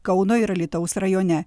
kauno ir alytaus rajone